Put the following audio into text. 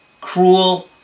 cruel